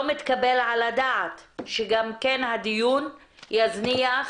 לא מתקבל על הדעת שגם כן הדיון יזניח,